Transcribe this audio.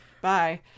bye